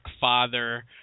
father